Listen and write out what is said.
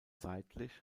seitlich